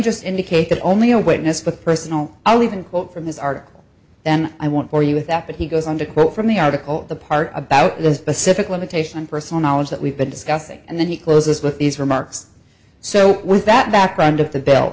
just indicate that only a witness but personal i'll even quote from this article then i want for you with that but he goes on to quote from the article the part about the specific limitation on personal knowledge that we've been discussing and then he closes with these remarks so with that background of the b